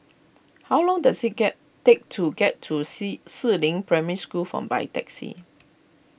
how long does it get take to get to Si Si Ling Primary School from by taxi